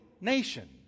nation